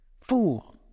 Fool